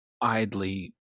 idly